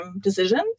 decisions